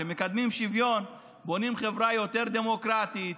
כשמקדמים שוויון בונים חברה יותר דמוקרטית,